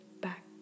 back